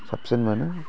साबसिन मोनो